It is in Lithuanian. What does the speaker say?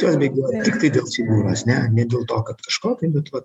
jos bėgioja tiktai dėl figūros ne ne dėl to kad kažko tai bet va